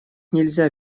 нельзя